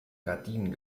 gardinen